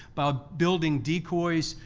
but building decoys,